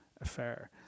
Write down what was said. affair